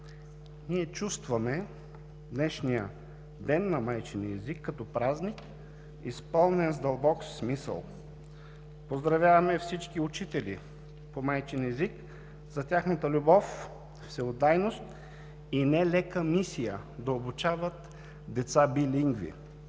ние чувстваме днешния Ден на майчиния език като празник, изпълнен с дълбок смисъл. Поздравяваме всички учители по майчин език за тяхната любов, всеотдайност и нелека мисия – да обучават деца билингви!